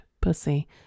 pussy